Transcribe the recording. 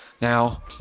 Now